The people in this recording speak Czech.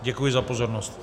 Děkuji za pozornost.